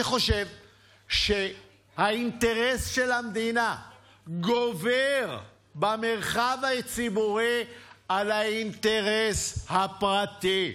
אני חושב שהאינטרס של המדינה גובר במרחב הציבורי על האינטרס הפרטי.